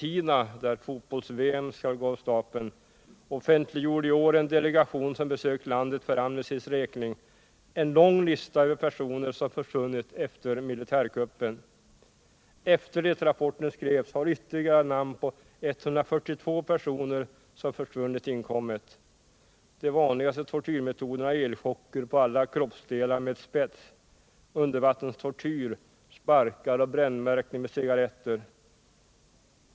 i år en delegation som besökt landet för Amnestys räkning, en lång lista över personer som försvunnit efter militärkuppen. Efter det rapporten skrevs har namn på ytterligare 142 personer som försvunnit inkommit. De vanligaste tortyrmetoderna är elchocker på alla kroppsdelar med spets, undervattenstortyr, sparkar och brännmärkning med cigaretter.